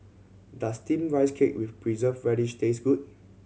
does Steamed Rice Cake with Preserved Radish taste good